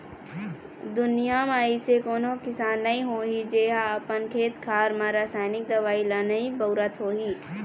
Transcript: दुनिया म अइसे कोनो किसान नइ होही जेहा अपन खेत खार म रसाइनिक दवई ल नइ बउरत होही